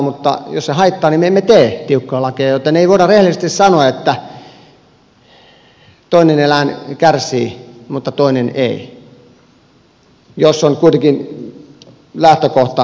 mutta jos se haittaa niin me emme tee tiukkoja lakeja joten ei voida rehellisesti sanoa että toinen eläin kärsii mutta toinen ei jos on kuitenkin lähtökohta sama